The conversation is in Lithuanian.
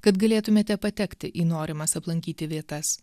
kad galėtumėte patekti į norimas aplankyti vietas